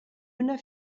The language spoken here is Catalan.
una